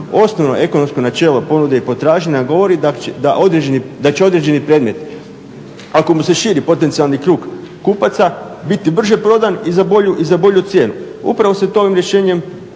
Osnovno ekonomsko načelo ponude i potražnje nam govori da će određeni predmet ako mu se širi potencijalni krug kupaca biti brže prodan i za bolji cijenu. Upravo se ovim rješenjem